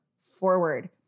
forward